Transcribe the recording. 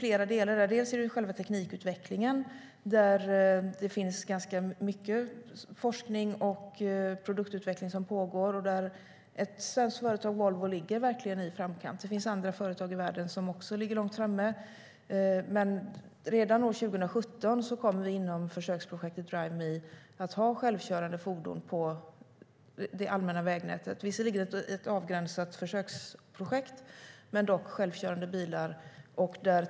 Först och främst har vi själva teknikutvecklingen. Där pågår ganska mycket forskning och produktutveckling, och där ligger ett svenskt företag, Volvo, verkligen i framkant. Det finns även andra företag i världen som är långt framme. Redan år 2017 kommer vi inom försöksprojektet Drive Me att ha självkörande fordon på det allmänna vägnätet, visserligen som ett avgränsat försöksprojekt men dock.